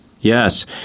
Yes